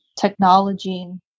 technology